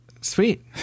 Sweet